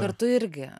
kartu irgi